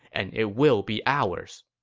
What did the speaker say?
and it will be ours.